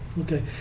Okay